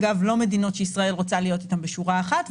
אגב, לא מדינות שישראל רוצה להיות איתן בשורה אחת.